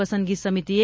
પસંદગી સમિતીએ